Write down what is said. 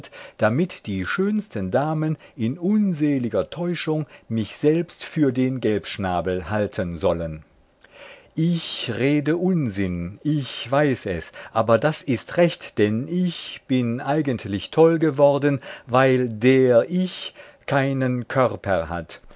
damit die schönsten damen in unseliger täuschung mich selbst für den gelbschnabel halten sollen ich rede unsinn ich weiß es aber das ist recht denn ich bin eigentlich toll geworden weil der ich keinen körper hat